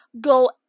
go